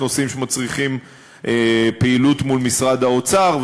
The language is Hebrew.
יש נושאים שמצריכים פעילות מול משרד האוצר,